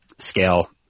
scale